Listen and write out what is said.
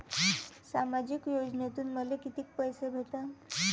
सामाजिक योजनेतून मले कितीक पैसे भेटन?